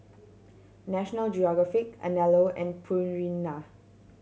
National Geographic Anello and Purina